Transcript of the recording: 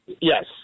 Yes